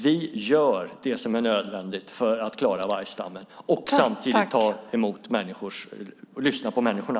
Vi gör det som är nödvändigt för att bevara vargstammen och samtidigt lyssna på människorna.